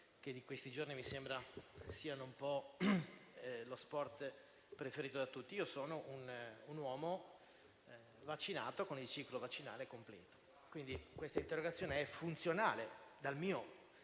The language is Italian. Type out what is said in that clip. (che in questi giorni mi sembra siano un po' lo sport preferito da tutti), è la seguente. Sono un uomo vaccinato e con il ciclo vaccinale completo, quindi questa interrogazione è funzionale, dal mio punto